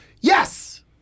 Yes